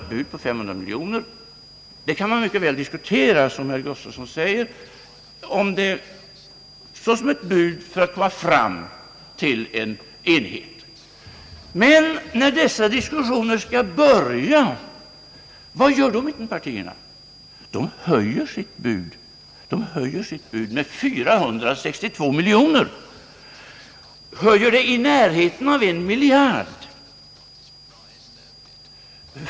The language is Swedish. Ett bud på 500 miljoner kan man mycket väl diskutera, som herr Gustavsson säger, för att komma fram till en enhet. Men när dessa diskussioner skall börja, vad gör då mittenpartierna? De höjer sitt bud med 462 miljoner — en höjning till närmare en miljard.